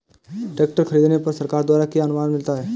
Tractor खरीदने पर सरकार द्वारा क्या अनुदान मिलता है?